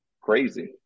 crazy